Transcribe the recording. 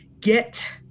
Get